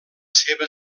seva